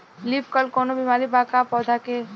Leaf curl कौनो बीमारी बा का पौधा के?